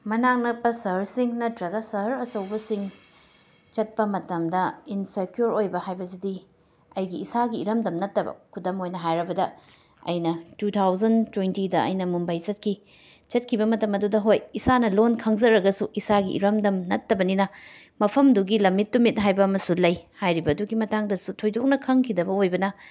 ꯃꯅꯥꯛ ꯅꯛꯄ ꯁꯍꯔꯁꯤꯡ ꯅꯠꯇ꯭ꯔꯒ ꯁꯍꯔ ꯑꯆꯧꯕꯁꯤꯡ ꯆꯠꯄ ꯃꯇꯝꯗ ꯏꯟꯁꯦꯀ꯭ꯌꯣꯔ ꯑꯣꯏꯕ ꯍꯥꯏꯕꯁꯤꯗꯤ ꯑꯩꯒꯤ ꯏꯁꯥꯒꯤ ꯏꯔꯝꯗꯝ ꯅꯠꯇꯕ ꯈꯨꯗꯝ ꯑꯣꯏꯅ ꯍꯥꯏꯔꯕꯗ ꯑꯩꯅ ꯇꯨ ꯊꯥꯎꯖꯟ ꯇꯣꯏꯟꯇꯤꯗ ꯑꯩꯅ ꯃꯨꯝꯕꯩ ꯆꯠꯈꯤ ꯆꯠꯈꯤꯕ ꯃꯇꯝ ꯑꯗꯨꯗ ꯍꯣꯏ ꯏꯁꯥꯅ ꯂꯣꯟ ꯈꯪꯖꯔꯒꯁꯨ ꯏꯁꯥꯒꯤ ꯏꯔꯝꯗꯝ ꯅꯠꯇꯕꯅꯤꯅ ꯃꯐꯝꯗꯨꯒꯤ ꯂꯝꯃꯤꯠ ꯇꯨꯃꯤꯠ ꯍꯥꯏꯕ ꯑꯃꯁꯨ ꯂꯩ ꯍꯥꯏꯔꯤꯕꯗꯨꯒꯤ ꯃꯇꯥꯡꯗꯁꯨ ꯊꯣꯏꯗꯣꯛꯅ ꯈꯪꯈꯤꯗꯕꯅ ꯑꯣꯏꯕꯅ